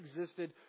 existed